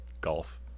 golf